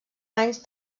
anys